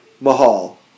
Mahal